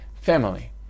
family